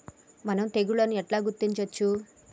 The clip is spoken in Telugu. మనం తెగుళ్లను ఎట్లా గుర్తించచ్చు?